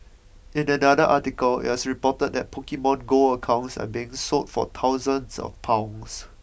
in another article it was reported that Pokemon Go accounts are being sold for thousands of pounds